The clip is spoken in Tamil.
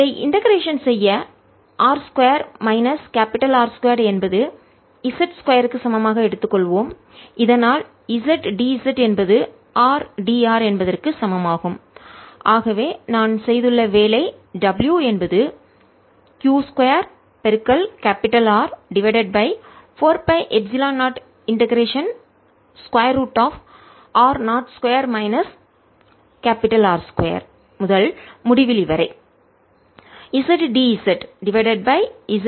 இதை இண்டெகரேஷன் செய்ய ஒருங்கிணைக்க r 2 மைனஸ் R 2 என்பது z 2 சமமாக எடுத்துக் கொள்வோம் இதனால் zdz என்பது rdr என்பதற்கு சமம் ஆகும் ஆகவே நான் செய்துள்ள வேலை W என்பது q 2R divided by 4 pi epsilon 0 integration square root of r0 2 minus R 2 முதல் முடிவிலி வரை z d z divided by z 4